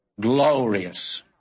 glorious